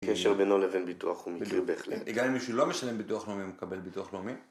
קשר בינו לבין ביטוח הוא מקריר בהחלט. גם אם מישהו לא משלם ביטוח לאומי הוא מקבל ביטוח לאומי?